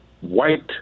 white